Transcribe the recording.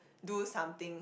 do something